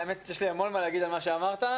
יש לי המון להגיד על מה שאמרת.